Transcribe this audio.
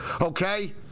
okay